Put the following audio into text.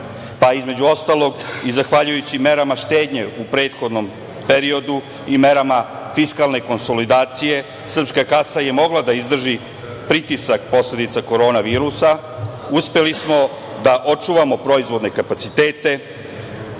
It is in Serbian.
pa, između ostalog, i zahvaljujući merama štednje u prethodnom periodu i merama fiskalne konsolidacije srpska kasa je mogla da izdrži pritisak posledica korona virusa. Uspeli smo da očuvamo proizvodne kapacitete,